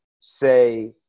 say –